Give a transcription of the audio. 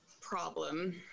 problem